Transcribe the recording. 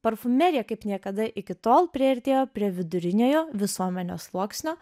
parfumerija kaip niekada iki tol priartėjo prie viduriniojo visuomenės sluoksnio